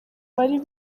bari